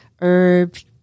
herbs